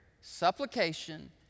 supplication